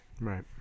Right